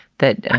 that